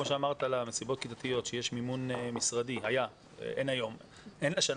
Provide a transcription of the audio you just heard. המסיבות הכיתתיות - היה מימון משרדי והיום אין חובה